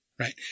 Right